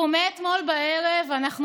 קראתי היום שראש הממשלה רוצה להעביר רפורמה במערכת